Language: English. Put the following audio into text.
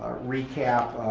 recap.